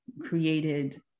created